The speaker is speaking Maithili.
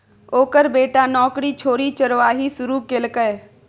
ओकर बेटा नौकरी छोड़ि चरवाही शुरू केलकै